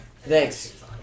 Thanks